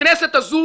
הכנסת הזו